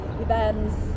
events